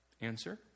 Answer